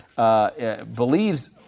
Believes